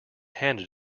handed